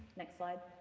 next slide.